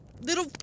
little